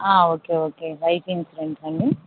okay okay life insurance అండి